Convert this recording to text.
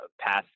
past